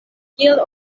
kiel